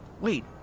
wait